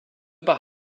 par